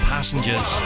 Passengers